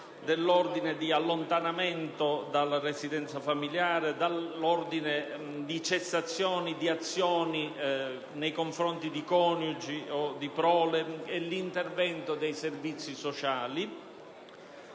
dell'ordine di allontanamento dalla residenza familiare, dell'ordine di cessazione di azioni nei confronti di coniugi o di prole e dell'intervento dei servizi sociali.